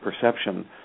perception